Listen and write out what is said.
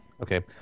Okay